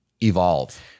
evolve